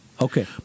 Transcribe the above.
Okay